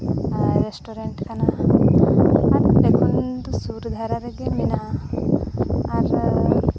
restaurant ᱠᱟᱱᱟ ᱟᱨ ᱱᱚᱛᱮ ᱠᱷᱚᱱ ᱫᱚ ᱥᱩᱨ ᱫᱷᱟᱨᱟ ᱨᱮᱜᱮ ᱢᱮᱱᱟᱜᱼᱟ ᱟᱨ